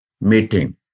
meeting